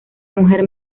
mujer